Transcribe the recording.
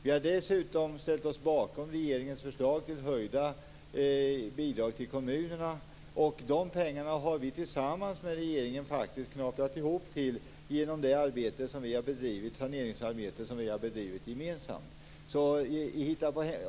Vi har dessutom ställt oss bakom regeringens förslag till höjda bidrag till kommunerna. Dessa pengar har vi faktiskt knaprat ihop tillsammans med regeringen genom det saneringsarbete som vi har bedrivit gemensamt.